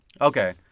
Okay